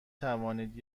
توانید